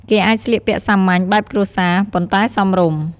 គេអាចស្លៀកពាក់សាមញ្ញ បែបគ្រួសារ ប៉ុន្តែសមរម្យ។